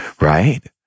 Right